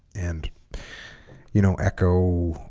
and you know echo